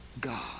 God